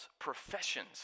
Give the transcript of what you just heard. professions